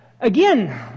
Again